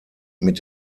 mit